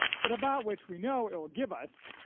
but about which we know it will give us,